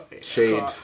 Shade